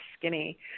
skinny